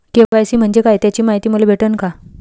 KYC म्हंजे काय त्याची मायती मले भेटन का?